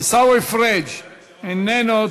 עיסאווי פריג' איננו,